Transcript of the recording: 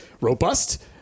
robust